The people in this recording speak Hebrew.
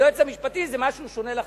היועץ המשפטי זה משהו שונה לחלוטין.